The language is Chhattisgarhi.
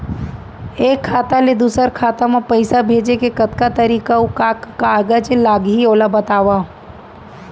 एक खाता ले दूसर खाता मा पइसा भेजे के कतका तरीका अऊ का का कागज लागही ओला बतावव?